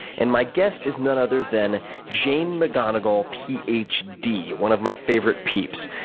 and my guest is none other than jane mcgonigal, ph d, one of my favorite peeps.